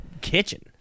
kitchen